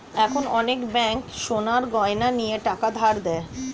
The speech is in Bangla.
এখন অনেক ব্যাঙ্ক সোনার গয়না নিয়ে টাকা ধার দেয়